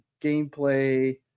gameplay